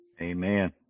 Amen